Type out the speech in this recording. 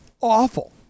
awful